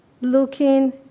looking